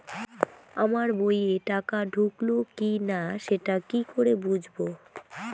আমার বইয়ে টাকা ঢুকলো কি না সেটা কি করে বুঝবো?